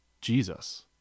Jesus